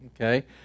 okay